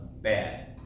bad